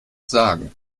sagen